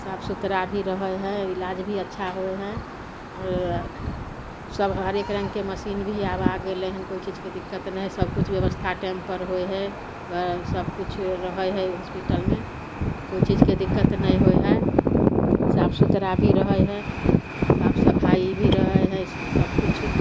साफ सुथरा भी रहय हइ इलाज भी अच्छा होइ हय आओर सब हरेक रङ्गके मशीन भी आब आ गेलय हन कोइ चीजके दिक्कत नहि हइ सबकिछु व्यवस्था टाइमपर होइ हय वएह सबकिछु रहय हइ ओइ हॉस्पिटलमे कोइ चीजके दिक्कत नहि होइए साफ सुथरा भी रहय हइ साफ सफाइ भी रहय हइ सबकिछु